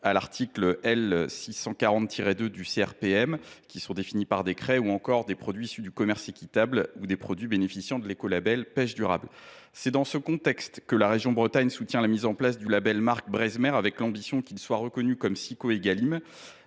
à l’article L. 640 2 du même code, qui sont définis par décret, ou encore des produits issus du commerce équitable ou bénéficiant de l’écolabel « pêche durable ». C’est dans ce contexte que la région Bretagne soutient la mise en place du label marque « Breizhmer », avec l’ambition qu’il soit reconnu comme « Siqo Égalim